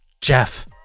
Jeff